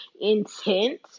intent